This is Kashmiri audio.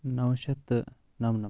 نو شیٚتھ تہٕ نم نَمَتھ